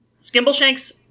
Skimbleshanks